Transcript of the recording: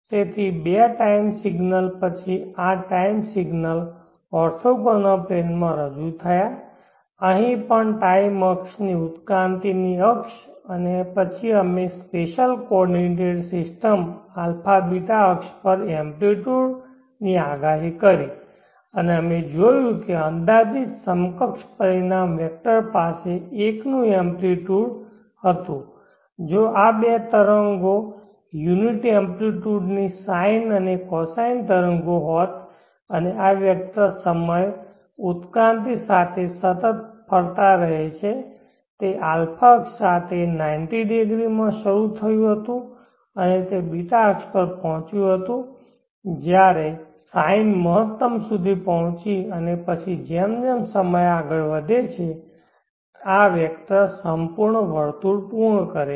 તેથી બે time signal પછી આ ટાઈમ સિગ્નલ ઓર્થોગોનલ પ્લેન માં રજૂ થયા અહીં પણ ટાઈમ અક્ષના ઉત્ક્રાંતિ ની અક્ષ અને પછી અમે સ્પેશલ કોઓર્ડિનેંટ સિસ્ટમ α β અક્ષ પર એમ્પ્લીટયુડ ની આગાહી કરી અને અમે જોયું કે અંદાજિત સમકક્ષ પરિણામ વેક્ટર પાસે 1 નું એમ્પ્લીટયુડ હતું જો આ બે તરંગો યુનિટ એમ્પ્લીટયુડ ની sine અને cosine તરંગો હોત અને આ વેક્ટર સમય ઉત્ક્રાંતિ સાથે સતત ફરતા રહે છે તે α અક્ષ સાથે 900 માં શરૂ થયું હતું અને તે β અક્ષ પર પહોંચ્યું જ્યારે sine મહત્તમ સુધી પહોંચી અને પછી જેમ જેમ સમય આગળ વધે છે આ વેક્ટર સંપૂર્ણ વર્તુળ પૂર્ણ કરે છે